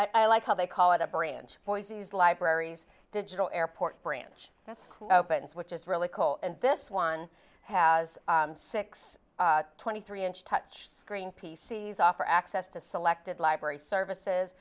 ch i like how they call it a branch boise's libraries digital airport branch and buttons which is really cold and this one has six twenty three inch touch screen p c s offer access to selected library services